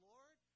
Lord